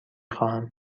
خواهم